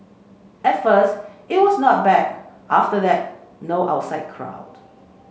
at first it was not bad after that no outside crowd